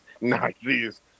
Nazis